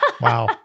Wow